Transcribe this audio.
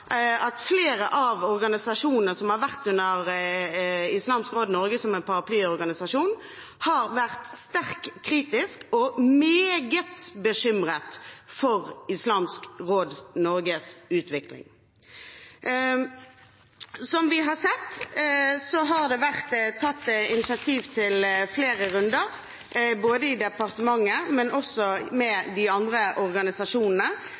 at flere av organisasjonene som har vært under Islamsk Råd Norge som en paraplyorganisasjon, har vært sterkt kritiske og meget bekymret for Islamsk Råd Norges utvikling. Som vi har sett, har det vært tatt initiativ til flere runder, både i departementet og med de andre organisasjonene